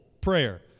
prayer